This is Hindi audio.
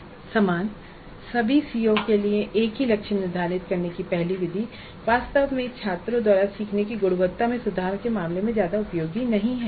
हालांकि सभी सीओ के लिए एक ही लक्ष्य निर्धारित करने की पहली विधि वास्तव में छात्रों द्वारा सीखने की गुणवत्ता में सुधार के मामले में ज्यादा उपयोगी नहीं है